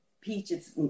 peaches